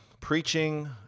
preaching